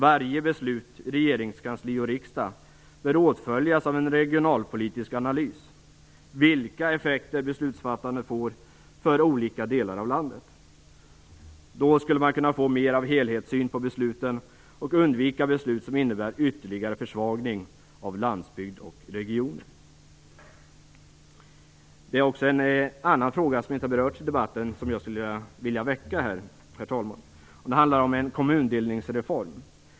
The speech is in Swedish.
Varje beslut i regeringskansliet och i riksdagen bör åtföljas av en regionalpolitisk analys beträffande vilka effekter beslutsfattandet får för olika delar av landet. Då skulle man kunna få mer av helhetssyn på besluten och undvika beslut som innebär en ytterligare försvagning av landsbygd och regioner. En annan fråga som inte har berörts i debatten och som jag skulle vilja väcka här handlar om en kommundelningsreform.